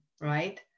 right